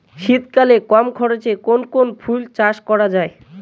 শীতকালে কম খরচে কোন কোন ফুল চাষ করা য়ায়?